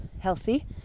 healthy